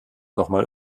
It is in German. nochmal